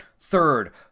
third